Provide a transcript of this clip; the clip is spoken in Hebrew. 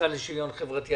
למשרד לשוויון חברתי.